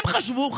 הם חשבו,